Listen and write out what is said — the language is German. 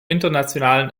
internationalen